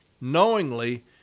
knowingly